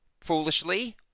Foolishly